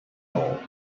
all